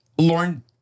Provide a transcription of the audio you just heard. Lauren